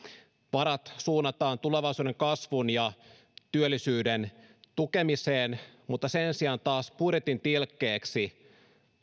varat suunnataan tulevaisuuden kasvun ja työllisyyden tukemiseen mutta sen sijaan taas budjetin tilkkeeksi